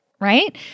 right